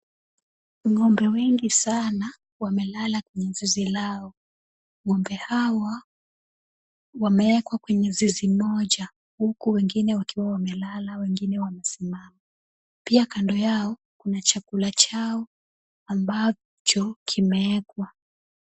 Ng'ombe wengi sana wamelala kwenye zizi lao, ng'ombe hawa wamewekwa kwenye zizi moja, huku wengine wakiwa wamelala, wengine wamesimama, pia kando yao kuna chakula chao ambacho kimeekwa.